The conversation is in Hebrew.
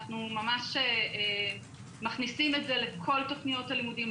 אנחנו ממש מכניסים את זה לכל תוכניות הלימודים,